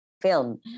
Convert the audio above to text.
film